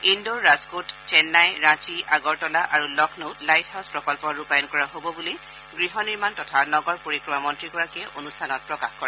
indoor Rajkot Chennai Ranchi Agartala আৰু লক্ষ্ণৌৰ light house প্ৰকল্প ৰূপায়ন কৰা হ'ব বুলি গৃহনিৰ্মাণ তথা নগৰ পৰিক্ৰমা মন্ত্ৰীগৰাকীয়ে অনুষ্ঠানত প্ৰকাশ কৰে